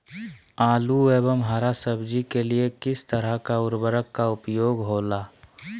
आलू एवं हरा सब्जी के लिए किस तरह का उर्वरक का उपयोग होला?